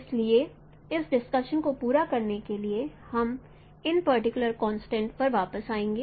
इसलिए इस डिस्कशन को पूरा करने के लिए हम इन पर्टिकुलर कॉन्स्टेंट पर वापस आएंगे